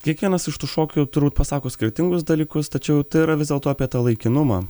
kiekvienas iš tų šokių turbūt pasako skirtingus dalykus tačiau tai yra vis dėlto apie tą laikinumą